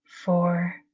four